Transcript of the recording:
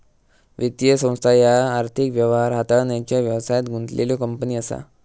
वित्तीय संस्था ह्या आर्थिक व्यवहार हाताळण्याचा व्यवसायात गुंतलेल्यो कंपनी असा